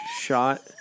shot